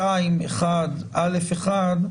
ב-2(1)(א)(1),